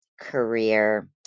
career